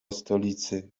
stolicy